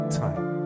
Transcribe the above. time